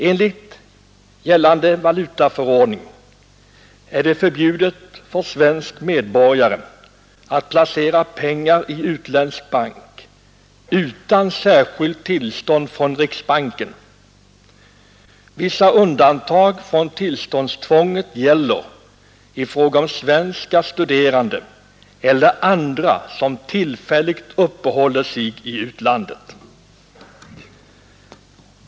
Enligt gällande valutaförordning är det förbjudet för svensk medborgare att placera pengar i utländsk bank utan särskilt tillstånd från riksbanken. Vissa undantag från tillståndstvånget gäller i fråga om svenska studerande eller andra som tillfälligt uppehåller sig i utlandet.